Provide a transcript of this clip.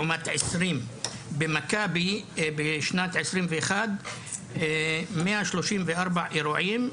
לעומת 20'. במכבי בשנת 21' 134 אירועים,